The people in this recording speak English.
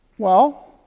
well,